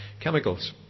chemicals